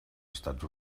estats